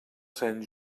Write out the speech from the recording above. sant